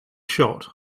shot